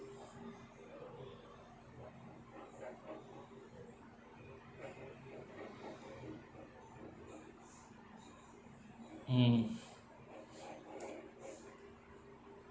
mm